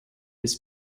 its